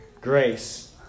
grace